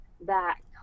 back